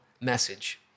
message